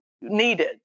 needed